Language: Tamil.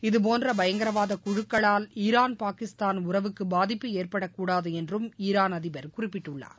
இதபோன்ற பயங்கரவாத குழுக்களால் ஈரான் பாகிஸ்தான் உறவுக்கு பாதிப்பு ஏற்படக்கூடாது என்றும் ஈரான் அதிபர் குறிப்பிட்டுள்ளார்